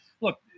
Look